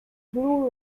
blu